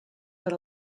per